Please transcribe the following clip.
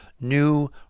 new